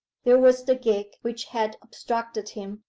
there was the gig which had obstructed him,